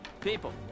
People